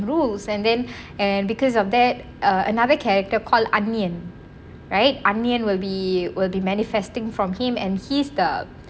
rules and then and because of that err another character call anniyan right anniyan will be will be manifesting from him and he's the